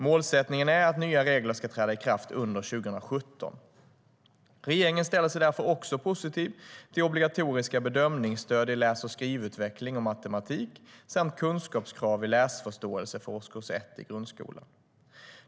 Målsättningen är att nya regler ska träda i kraft under 2017.Regeringen ställer sig därför också positiv till obligatoriska bedömningsstöd i läs och skrivutveckling och matematik samt kunskapskrav i läsförståelse för årskurs 1 i grundskolan.